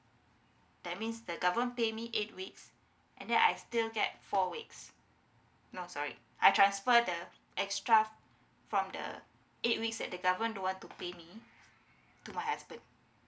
that means the govern pay me eight weeks and then I still get four weeks no sorry I transfer the extra from the eight weeks that the government don't want to pay me to my husband